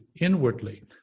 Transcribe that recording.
inwardly